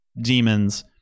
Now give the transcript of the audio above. demons